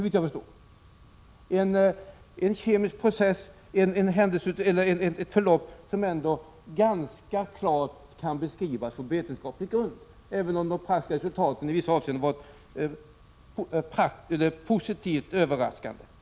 Det är fråga om en kemisk process och ett förlopp som ganska klart kan beskrivas från vetenskaplig utgångspunkt — samtidigt som de praktiska resultaten i vissa avseenden har varit överraskande positiva.